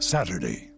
Saturday